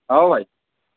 ହଉ ଭାଇ